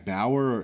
Bauer